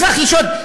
מצרך יסוד.